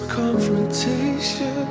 confrontation